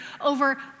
over